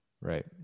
right